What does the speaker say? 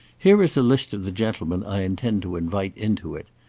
here is a list of the gentlemen i intend to invite into it.